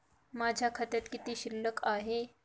माझ्या खात्यात किती शिल्लक आहे?